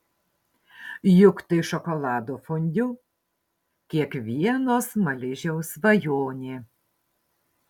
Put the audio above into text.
juk tai šokolado fondiu kiekvieno smaližiaus svajonė